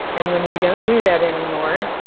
and when we don't do that anymore,